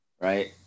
right